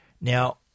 Now